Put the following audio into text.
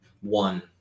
one